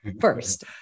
first